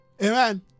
Amen